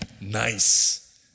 Nice